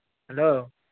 hello